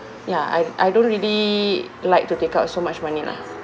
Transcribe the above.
ya I I don't really like to take out so much money lah